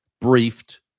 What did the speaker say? briefed